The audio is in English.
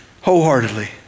wholeheartedly